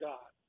God